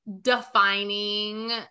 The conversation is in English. defining